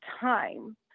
time